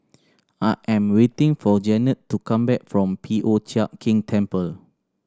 I am waiting for Jannette to come back from P O Chiak Keng Temple